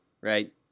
Right